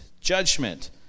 judgment